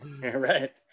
right